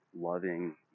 loving